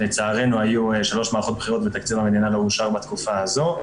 לצערנו היו שלוש מערכות בחירות ותקציב המדינה לא אושר בתקופה הזו.